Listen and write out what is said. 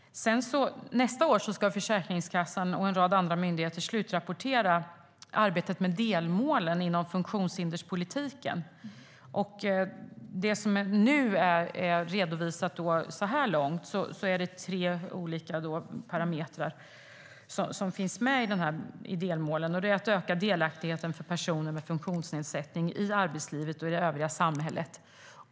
Nästa år ska Försäkringskassan och en rad andra myndigheter slutrapportera arbetet med delmålen inom funktionshinderspolitiken, och det som är redovisat så här långt är tre olika parametrar som finns med i delmålen, att öka delaktigheten för personer med funktionsnedsättning i arbetslivet och i det övriga samhället.